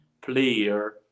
player